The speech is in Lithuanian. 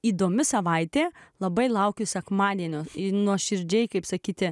įdomi savaitė labai laukiu sekmadienio ir nuoširdžiai kaip sakyti